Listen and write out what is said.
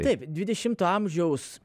taip dvidešimto amžiaus